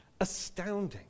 astounding